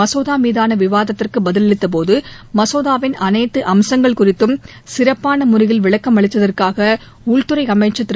மசோதா மீதான விவாத்திற்கு பதிலளித்தபோது மசோதாவின் அனைத்து அம்சங்கள் குறித்தும் சிறப்பான முறையில் விளக்கம் அளித்ததற்காக உள்துறை அமைச்சர் திரு